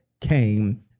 came